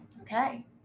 Okay